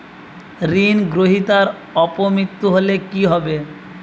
ঋণ গ্রহীতার অপ মৃত্যু হলে কি হবে?